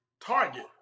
target